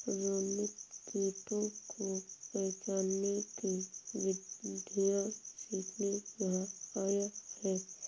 रोनित कीटों को पहचानने की विधियाँ सीखने यहाँ आया है